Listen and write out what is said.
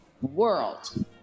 world